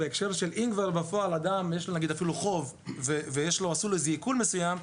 אם בפועל לאדם יש אפילו חוב ועשו לו איזה עיקול מסוים,